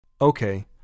Okay